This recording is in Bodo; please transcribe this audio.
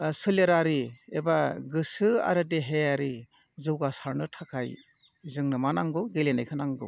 सोलेरारि एबा गोसो आरो देहायारि जौगासारनो थाखाय जोंनो मा नांगौ गेलेनायखो नांगौ